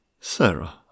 Sarah